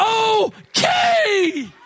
okay